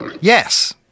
Yes